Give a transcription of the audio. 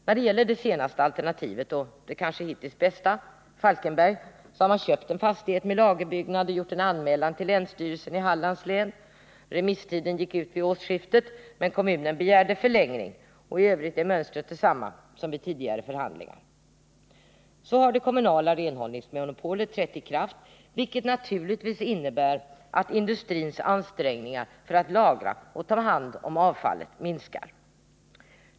När det gäller det senaste alternativet, och det hittills kanske bästa, Falkenberg, har man köpt en fastighet med lagerbyggnad och gjort en anmälan till länsstyrelsen i Hallands län. Remisstiden gick ut vid årsskiftet, men kommunen begärde förlängning. I övrigt är mönstret detsamma som vid tidigare förhandlingar. Så har det kommunala renhållningsmonopolet trätt i kraft, vilket naturligtvis innebär att industrins ansträngningar för att lagra och ta hand om avfallet minskar.